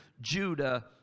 Judah